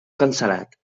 cancel·lat